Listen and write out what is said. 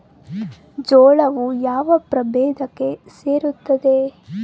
ಜೋಳವು ಯಾವ ಪ್ರಭೇದಕ್ಕೆ ಸೇರುತ್ತದೆ?